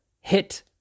hit